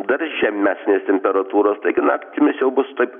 dar žemesnės temperatūros taigi naktimis jau bus taip